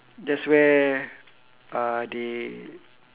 that's where uh they